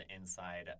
inside